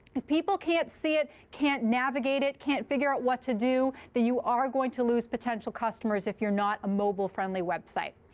if people can't see it, can't navigate it, can't figure out what to do, you are going to lose potential customers if you're not a mobile-friendly website.